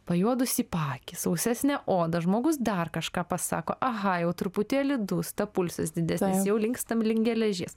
pajuodusį paakį sausesnę odą žmogus dar kažką pasako aha jau truputėlį dūsta pulsas didesnis jau linkstam link geležies